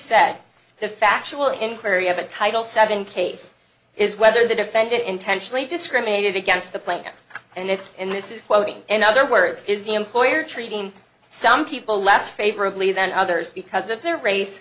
said the factual inquiry of a title seven case is whether the defendant intentionally discriminated against the plaintiffs and it's and this is quoting in other words is the employer treating some people less favorably than others because of their race